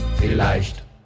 Vielleicht